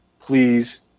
Please